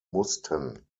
mussten